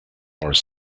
more